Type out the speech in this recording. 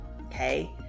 okay